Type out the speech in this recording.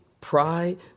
Pride